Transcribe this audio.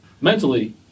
Mentally